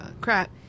crap